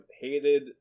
hated